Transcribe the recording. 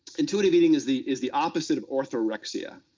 intuitive eating is the is the opposite of orthorexia.